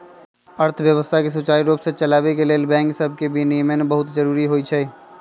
अर्थव्यवस्था के सुचारू रूप से चलाबे के लिए बैंक सभके विनियमन बहुते जरूरी होइ छइ